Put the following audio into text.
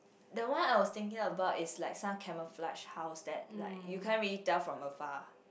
the one I was thinking about is like some camouflage house that like you can't really tell from afar